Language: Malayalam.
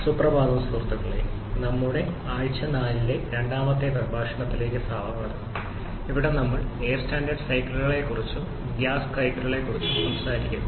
സുപ്രഭാതം സുഹൃത്തുക്കളെ നമ്മളുടെ ആഴ്ച 4 ലെ രണ്ടാമത്തെ പ്രഭാഷണത്തിലേക്ക് സ്വാഗതം അവിടെ നമ്മൾ എയർ സ്റ്റാൻഡേർഡ് സൈക്കിളുകളെക്കുറിച്ചും ഗ്യാസ് പവർ സൈക്കിളുകളെക്കുറിച്ചും സംസാരിക്കുന്നു